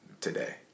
today